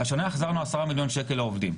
השנה החזרנו 10,000,000 שקלים לעובדים,